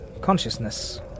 consciousness